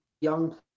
young